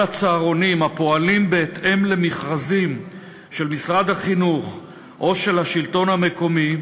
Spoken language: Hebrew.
הצהרונים הפועלים בהתאם למכרזים של משרד החינוך או של השלטון המקומי,